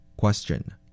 Question